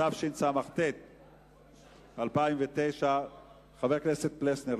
התשס"ט 2009. חבר הכנסת פלסנר,